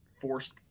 forced –